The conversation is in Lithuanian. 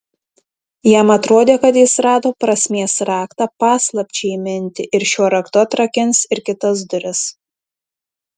jam atrodė kad jis rado prasmės raktą paslapčiai įminti ir šiuo raktu atrakins ir kitas duris